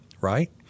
right